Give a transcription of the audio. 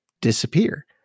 disappear